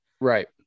right